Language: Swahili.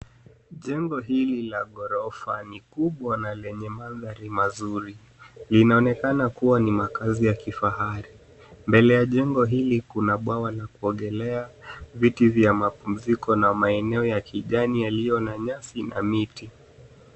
Jengo hili la ghorofa. Ni kubwa na lenye mandhari mazuri. Linaonekana kuwa ni makaazi ya kifahari. Mbele ya jengo hili kuna bwawa la kuogelea, viti za mapumziko na maeneo ya kijani yaliyo na nyasi na miti.